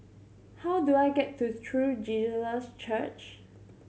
how do I get to True Jesus Church